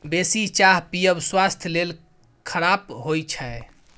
बेसी चाह पीयब स्वास्थ्य लेल खराप होइ छै